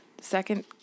second